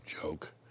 joke